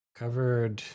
covered